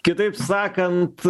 kitaip sakant